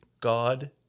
God